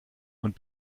und